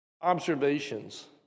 observations